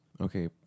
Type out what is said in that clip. Okay